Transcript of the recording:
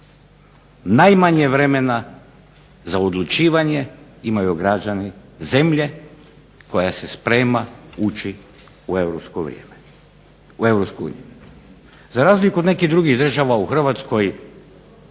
Najmanje vremena za odlučivanje imaju građani zemlje koja se sprema ući u europsko vrijeme, u EU. Za razliku od nekih drugih država u Hrvatskoj